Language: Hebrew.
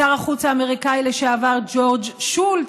שר החוץ האמריקני לשעבר ג'ורג' שולץ,